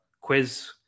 quiz